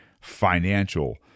financial